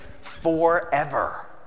forever